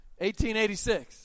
1886